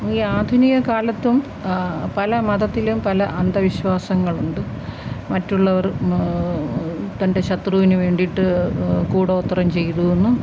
ഈ ആധുനിക കാലത്തും പല മതത്തിലും പല അന്ധവിശ്വാസങ്ങളുണ്ട് മറ്റുള്ളവർ തൻ്റെ ശത്രുവിന് വേണ്ടിയിട്ട് കൂടോത്രം ചെയ്യുന്നതും